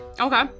Okay